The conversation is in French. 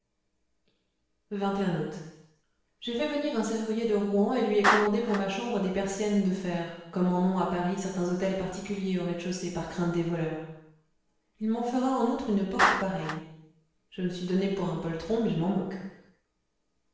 août j'ai fait venir un serrurier de rouen et lui ai commandé pour ma chambre des persiennes de fer comme en ont à paris certains hôtels particuliers au rez-de-chaussée par crainte des voleurs il me fera en outre une porte pareille je me suis donné pour un poltron mais je m'en moque